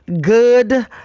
good